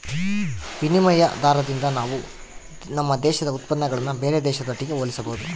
ವಿನಿಮಯ ದಾರದಿಂದ ನಾವು ನಮ್ಮ ದೇಶದ ಉತ್ಪನ್ನಗುಳ್ನ ಬೇರೆ ದೇಶದೊಟ್ಟಿಗೆ ಹೋಲಿಸಬಹುದು